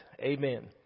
Amen